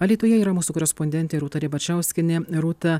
alytuje yra mūsų korespondentė rūta ribačiauskienė rūta